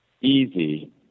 easy